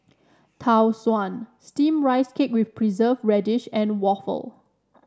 Tau Suan Steamed Rice Cake with Preserved Radish and Waffle